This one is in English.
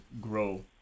grow